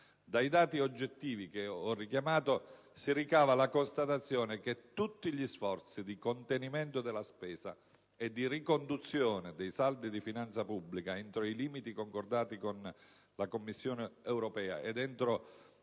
Dai dati oggettivi che ho richiamato si ricava la constatazione che tutti gli sforzi di contenimento della spesa e di riconduzione dei saldi di finanza pubblica entro i limiti concordati con la Commissione europea e dentro